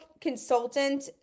consultant